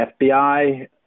FBI